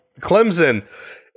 Clemson